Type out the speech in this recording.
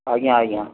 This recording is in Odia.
ଆଜ୍ଞା ଆଜ୍ଞା